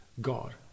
God